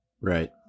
Right